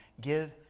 Give